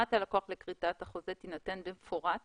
הסכמת הלקוח לכריתת החוזה תינתן במפורט